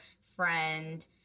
friend